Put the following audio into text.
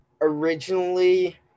originally